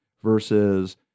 versus